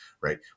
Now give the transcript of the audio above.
right